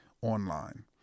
online